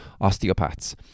osteopaths